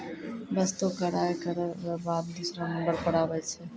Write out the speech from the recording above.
वस्तु कर आय करौ र बाद दूसरौ नंबर पर आबै छै